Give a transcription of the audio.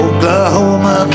Oklahoma